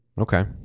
Okay